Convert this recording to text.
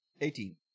Eighteen